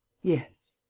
yes.